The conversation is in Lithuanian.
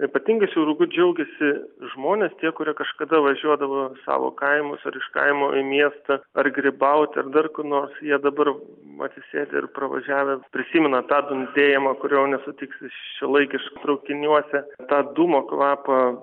ypatingai siauruku džiaugiasi žmonės tie kurie kažkada važiuodavo savo kaimus ir iš kaimo į miestą ar grybauti ar dar kur nors jie dabar atsisėdę ir pravažiavę prisimena tą dundėjimą kurio nesutiksi šiuolaikiš traukiniuose tą dūmo kvapą